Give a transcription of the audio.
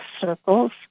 circles